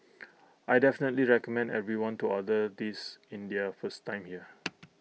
I definitely recommend everyone to order this in their first time here